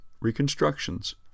reconstructions